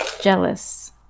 jealous